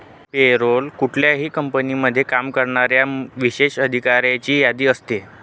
पे role कुठल्याही कंपनीमध्ये काम करणाऱ्या विशेष अधिकाऱ्यांची यादी असते